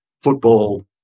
football